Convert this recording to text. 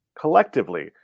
collectively